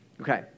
Okay